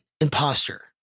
imposter